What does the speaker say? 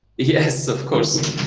yes, of course.